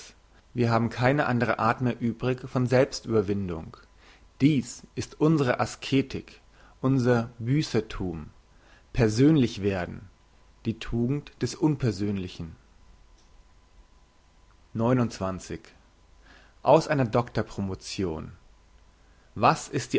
wir haben keine andre art mehr übrig von selbstüberwindung dies ist unsre asketik unser büsserthum persönlich werden die tugend des unpersönlichen aus einer doctor promotion was ist